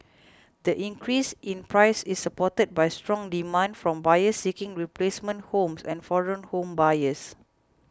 the increase in price is supported by strong demand from buyers seeking replacement homes and foreign home buyers